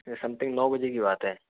ये समथिंग नौ बजे की बात है